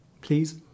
please